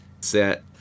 set